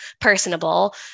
personable